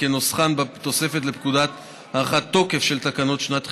כנוסחן בתוספת לפקודת הארכת תוקף של תקנות שעת חירום,